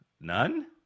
None